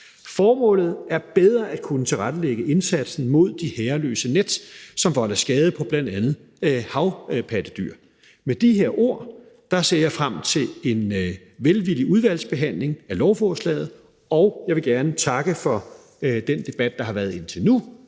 Formålet er bedre at kunne tilrettelægge indsatsen mod de herreløse net, som volder skade på bl.a. havpattedyr. Med de her ord ser jeg frem til en velvillig udvalgsbehandling af lovforslaget, og jeg vil gerne takke for den debat, der har været indtil nu,